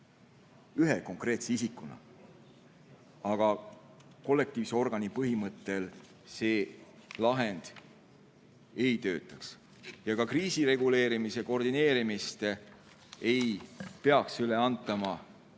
ühe konkreetse isikuna. Aga kollektiivse organi põhimõttel see lahend ei töötaks. Ka kriisireguleerimise koordineerimist ei peaks üle antama